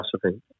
philosophy